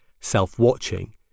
self-watching